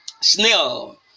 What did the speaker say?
snail